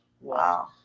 Wow